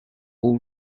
all